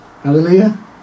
Hallelujah